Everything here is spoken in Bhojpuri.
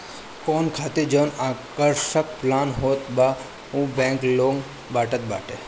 लोन खातिर जवन आकर्षक प्लान होत बा उहो बैंक लोग के बतावत बाटे